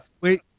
Wait